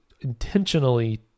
intentionally